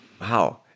wow